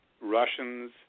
Russians